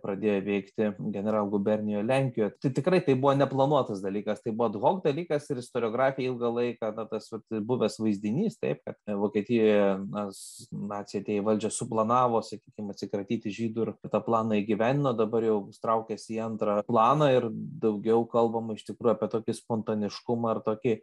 pradėjo veikti generalgubernijoj lenkijoj tikrai tai buvo neplanuotas dalykas tai buvo ad hoc dalykas ir istoriografijoj ilgą laiką na tas vat buvęs vaizdinys taip kad vokietijoje nas naciai atėję į valdžią suplanavo sakykim atsikratyti žydų ir tą planą įgyvendino dabar jau traukias į antrą planą ir daugiau kalbama iš tikrųjų apie tokį spontaniškumą ir tokį